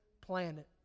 planet